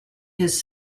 his